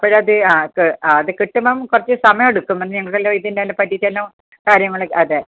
അപ്പോൾ അത് അത് കിട്ടുംബം കിട്ടുമ്പോൾ കുറച്ച് സമയം എടുക്കും ഞങ്ങൾക്ക് എല്ലാം ഇതിനെ പറ്റിയിട്ടുള്ള കാര്യങ്ങൾ ഒക്കെ അതെ ആ